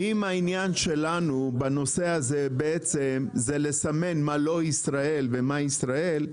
אם העניין שלנו בנושא הזה בעצם זה לסמן מה לא ישראל ומה ישראל,